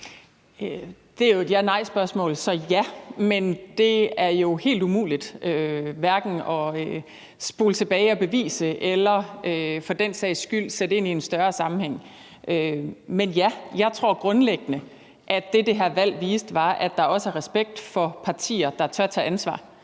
Det er jo et ja/nej-spørgsmål, og svaret er ja. Men det er jo helt umuligt både at spole tilbage og bevise eller for den sags skyld sætte det ind i en større sammenhæng. Men ja, jeg tror grundlæggende, at det, det her valg viste, var, at der også er respekt for partier, der tør tage ansvar.